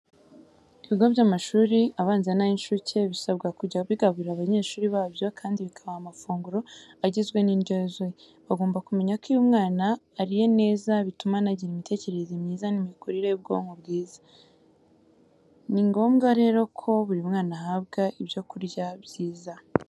Ibigo by'amashuri abanza n'ay'incuke bisabwa kujya bigaburira abanyeshuri babyo kandi bikabaha amafunguro agizwe n'indyo yuzuye. Bagomba kumenya ko iyo umwana ariye neza, bituma anagira imitekerereze myiza n'imikurire y'ubwonko myiza. Ni ngombwa rero ko buri mwana ahabwa ibyo kurya byiza.